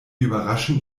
überraschen